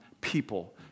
people